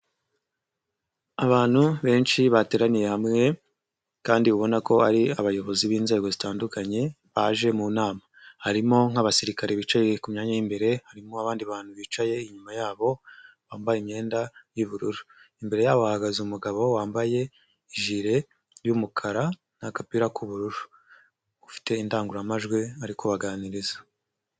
Abantu benshi bateraniye hamwe kandi ubona ko ari abayobozi b'inzego zitandukanye baje mu nama, harimo nk'abasirikare bicaye ku myanya y'imbere, harimo abandi bantu bicaye inyuma yabo bambaye imyenda y'ubururu, imbere yabo ahagaze umugabo wambaye ijire y'umukara n'agapira k'ubururu ufite indangururamajwi ari kubaganiriza.